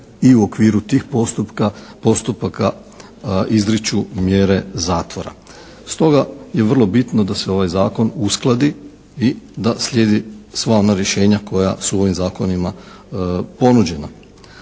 i u okviru tih postupaka izriču mjere zatvora. Stoga je vrlo bitno da se ovaj zakon uskladi i da slijede sva ona rješenja koja su ovim zakonima ponuđena.